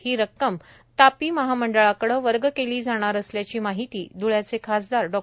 ही रक्कम तापी महामंडळाकडे वर्ग केली जाणार असल्याची माहिती ध्ळ्याचे खासदार डॉ